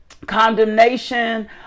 condemnation